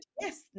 yes